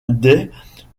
des